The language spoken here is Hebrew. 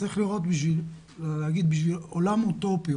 צריך לשאוף לעולם אוטופי,